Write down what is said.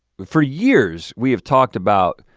for years, we have talked about,